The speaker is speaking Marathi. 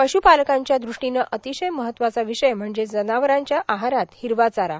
पश्पालकांच्या दृष्टीने अतिशय महत्वाचा विषय म्हणजे जनावरांच्या आहारात हिरवा चारा